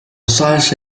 salsa